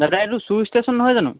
দাদা এইটো শ্ৱু ষ্টেশ্যন নহয় জানো